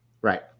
right